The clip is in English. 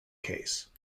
case